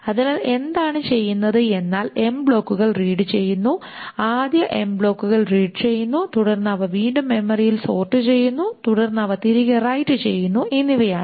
അതിനാൽ എന്താണ് ചെയ്യുന്നത് എന്നാൽ ബ്ലോക്കുകൾ റീഡ് ചെയ്യുന്നു ആദ്യ ബ്ലോക്കുകൾ റീഡ് ചെയ്യുന്നു തുടർന്ന് അവ വീണ്ടും മെമ്മറിയിൽ സോർട് ചെയ്യുന്നു തുടർന്ന് അവ തിരികെ റൈറ്റ് ചെയ്യുന്നു എന്നിവയാണ്